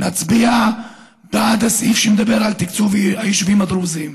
נצביע בעד הסעיף שמדבר על תקצוב היישובים הדרוזיים.